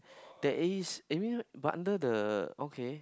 there is I mean but under the okay